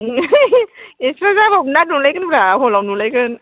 ओं एक्सट्रा जाब्लाबो दा नुलायगोनब्रा हलआव नुलायगोन